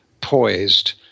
poised